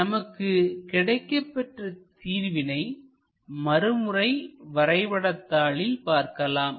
நமக்குக் கிடைக்கப்பெற்ற தீர்வினை மறுமுறை வரைபடதாளில் பார்க்கலாம்